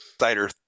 cider